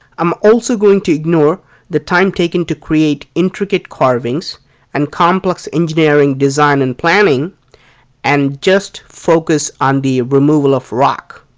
um also going to ignore the time taken to create intricate carvings and complex engineering design and planning and just focus on the removal of rock.